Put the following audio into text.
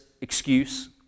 Excuse